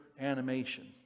animation